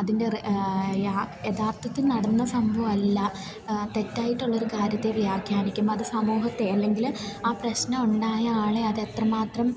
അതിൻ്റെ റ് യാ യഥാർത്ഥത്തിൽ നടന്ന സംഭവമല്ല തെറ്റായിട്ടുള്ളൊരു കാര്യത്തെ വ്യഖ്യാനിക്കുമ്പം അത് സമൂഹത്തെ അല്ലെങ്കിൽ ആ പ്രശ്നം ഉണ്ടായ ആളെ അതെത്ര മാത്രം